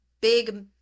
big